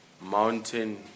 mountain